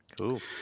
Cool